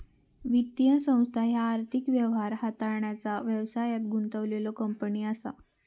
वित्तीय संस्था ह्या आर्थिक व्यवहार हाताळण्याचा व्यवसायात गुंतलेल्यो कंपनी असा